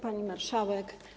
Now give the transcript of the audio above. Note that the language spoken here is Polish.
Pani Marszałek!